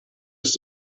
ist